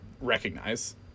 recognize